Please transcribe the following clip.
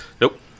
Nope